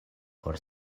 por